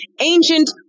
ancient